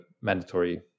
mandatory